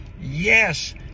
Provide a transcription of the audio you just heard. Yes